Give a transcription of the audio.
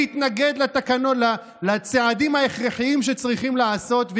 להתנגד לצעדים ההכרחיים שצריכים להיעשות,